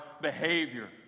behavior